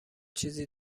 چیزی